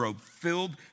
filled